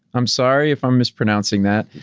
i'm sorry if i'm mispronouncing that.